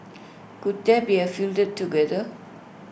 could they be fielded together